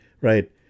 right